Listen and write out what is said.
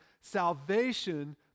salvation